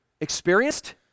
experienced